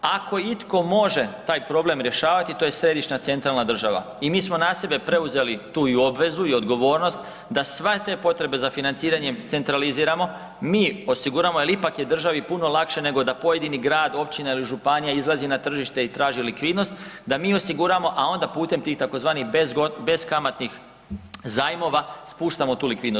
Ako itko može taj problem rješavati to je središnja centralna država i mi smo na sebe preuzeli tu i obvezu i odgovornost da sve te potrebe za financiranjem centraliziramo, mi osiguramo jel ipak je državi puno lakše nego da pojedini grad, općina ili županija izlazi na tržište i traži likvidnost, da mi osiguramo, a onda putem tih tzv. beskamatnih zajmova spuštamo tu likvidnost.